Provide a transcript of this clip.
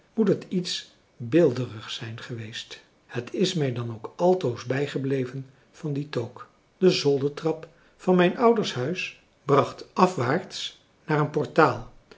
moet het iets beelderigs zijn geweest het is mij dan ook altoos bijgebleven van die toque de zoldertrap van mijn ouders huis bracht afwaarts naar een portaal